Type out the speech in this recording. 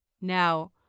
Now